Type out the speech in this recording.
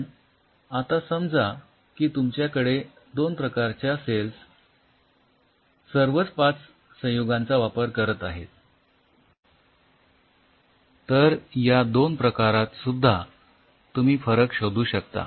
पण आता समजा की तुमच्याकडे २ प्रकारच्या सेल्स सर्वच ५ संयुगांचा वापर करत आहेत तर या २ प्रकारात सुद्धा तुम्ही फरक शोधू शकता